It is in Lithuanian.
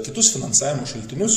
kitus finansavimo šaltinius